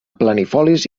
planifolis